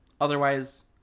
otherwise